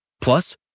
Plus